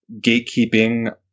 gatekeeping